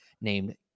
named